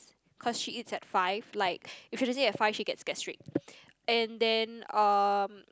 cause she eats at five like if she doesn't eat at five she gets gastric and then um